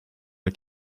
are